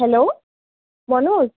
hello Manoj